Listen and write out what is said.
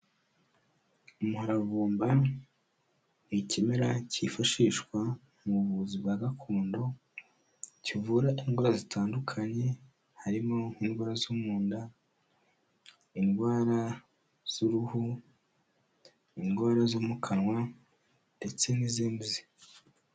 Umuravumba ni ikimera cyifashishwa mu buvuzi bwa gakondo, kivura indwara zitandukanye harimo nk'idwara zo mu nda, indwara z'uruhu, indwara zo mu kanwa ndetse n'izindi.